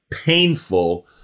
painful